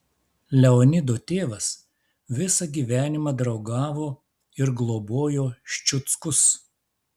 leonido tėvas visą gyvenimą draugavo ir globojo ščiuckus